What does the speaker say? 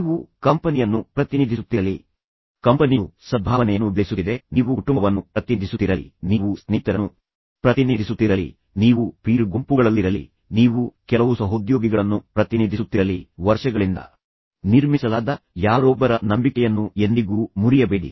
ನೀವು ಕಂಪನಿಯನ್ನು ಪ್ರತಿನಿಧಿಸುತ್ತಿರಲಿ ಕಂಪನಿಯು ಸದ್ಭಾವನೆಯನ್ನು ಬೆಳೆಸುತ್ತಿದೆ ನೀವು ಕುಟುಂಬವನ್ನು ಪ್ರತಿನಿಧಿಸುತ್ತಿರಲಿ ನೀವು ಸ್ನೇಹಿತರನ್ನು ಪ್ರತಿನಿಧಿಸುತ್ತಿರಲಿ ನೀವು ಪೀರ್ ಗುಂಪುಗಳಲ್ಲಿರಲಿ ನೀವು ಕೆಲವು ಸಹೋದ್ಯೋಗಿಗಳನ್ನು ಪ್ರತಿನಿಧಿಸುತ್ತಿರಲಿ ವರ್ಷಗಳಿಂದ ನಿರ್ಮಿಸಲಾದ ಯಾರೊಬ್ಬರ ನಂಬಿಕೆಯನ್ನು ಎಂದಿಗೂ ಮುರಿಯಬೇಡಿ